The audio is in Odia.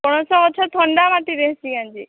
ପଣସ ଗଛ ଥଣ୍ଡା ମାଟିରେ ହେସି କାଏଁଯେ